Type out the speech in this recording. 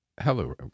Hello